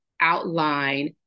outline